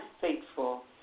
faithful